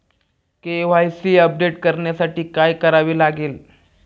KYC update करण्यासाठी काय करावे लागेल?